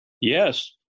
yes